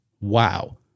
Wow